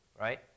right